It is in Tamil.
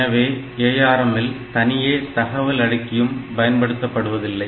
எனவே ARM இல் தனியே தகவல் அடுக்கியும் பயன்படுத்தப்படுவதில்லை